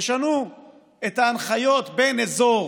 תשנו את ההנחיות בין אזור